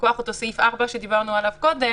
מכוח אותו סעיף 4 שדיברנו עליו קודם,